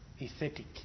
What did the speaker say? aesthetic